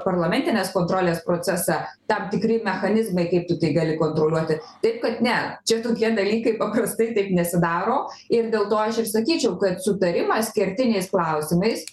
parlamentinės kontrolės procesa tam tikri mechanizmai kaip kiti gali kontroliuoti taip kad ne čia tokie dalykai paprastai taip nesidaro ir dėl to aš ir sakyčiau kad sutarimas kertiniais klausimais